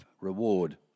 reward